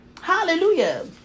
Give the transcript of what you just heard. Hallelujah